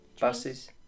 Buses